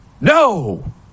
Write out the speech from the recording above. no